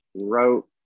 wrote